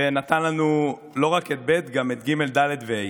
ונתן לנו לא רק את ב' גם את ג', ד' וה'.